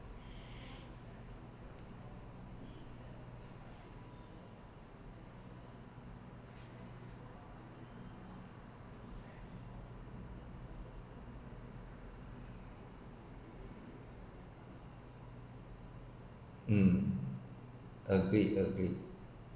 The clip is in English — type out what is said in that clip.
um agreed agreed